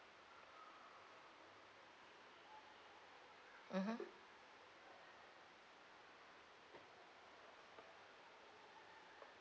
mmhmm